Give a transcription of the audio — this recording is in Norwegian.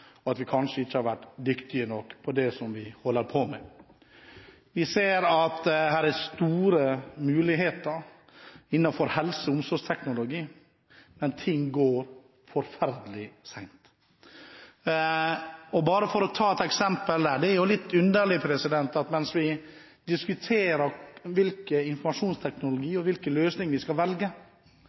– at vi kanskje ikke har vært dyktige nok til det vi holder på med. Vi ser at det er store muligheter innenfor helse- og omsorgsteknologi, men ting går forferdelig sent. For å ta et eksempel: Det er litt underlig at mens man diskuterer hvilken informasjonsteknologi og hvilken løsning man skal velge,